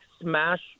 smash